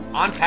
on